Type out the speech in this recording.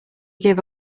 give